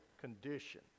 condition